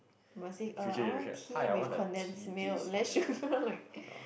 must say uh I want tea with condensed milk less sugar like